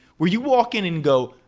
where you walk in and go,